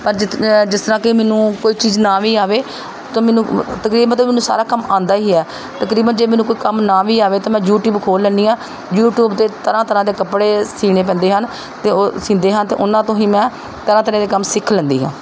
ਪਰ ਜ ਜਿਸ ਤਰ੍ਹਾਂ ਕਿ ਮੈਨੂੰ ਕੋਈ ਚੀਜ਼ ਨਾ ਵੀ ਆਵੇ ਤਾਂ ਮੈਨੂੰ ਤਕਰੀਬਨ ਤਕਰੀਬਨ ਮੈਨੂੰ ਸਾਰਾ ਕੰਮ ਆਉਂਦਾ ਹੀ ਆ ਤਕਰੀਬਨ ਜੇ ਮੈਨੂੰ ਕੋਈ ਕੰਮ ਨਾ ਵੀ ਆਵੇ ਤਾਂ ਮੈਂ ਯੂਟੀਊਬ ਖੋਲ੍ਹ ਲੈਂਦੀ ਹਾਂ ਯੂਟੀਊਬ 'ਤੇ ਤਰ੍ਹਾਂ ਤਰ੍ਹਾਂ ਦੇ ਕੱਪੜੇ ਸੀਣੇ ਪੈਂਦੇ ਹਨ ਅਤੇ ਉਹ ਸੀਂਦੇ ਹਨ ਅਤੇ ਉਹਨਾਂ ਤੋਂ ਹੀ ਮੈਂ ਤਰ੍ਹਾਂ ਤਰ੍ਹਾਂ ਦੇ ਕੰਮ ਸਿੱਖ ਲੈਂਦੀ ਹਾਂ